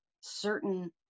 certain